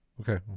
Okay